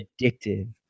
addictive